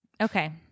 Okay